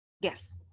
yes